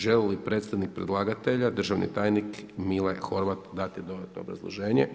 Želi li predstavnik predlagatelja, državni tajnik Mile Horvat dati dodatno obrazloženje?